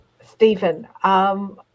Stephen